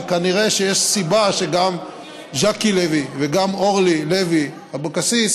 וכנראה יש סיבה שגם ז'קי לוי וגם אורלי לוי אבקסיס